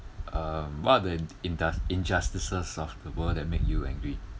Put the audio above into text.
uh what are the inju~ injustices of world that make you angry